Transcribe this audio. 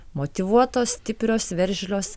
motyvuotos stiprios veržlios